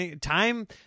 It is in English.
Time